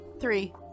Three